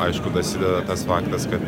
aišku dasideda tas faktas kad